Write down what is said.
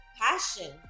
passion